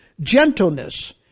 gentleness